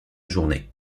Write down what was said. journée